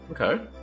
Okay